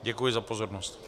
Děkuji za pozornost.